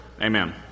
Amen